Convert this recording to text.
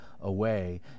away